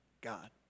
God